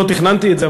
לא תכננתי את זה,